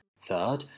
Third